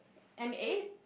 an eight